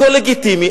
הכול לגיטימי,